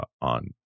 on